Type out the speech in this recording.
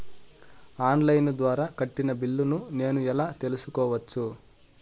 On line ద్వారా కట్టిన బిల్లును నేను ఎలా తెలుసుకోవచ్చు?